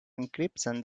encryption